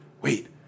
wait